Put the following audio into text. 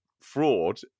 fraud